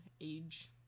Age